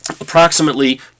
approximately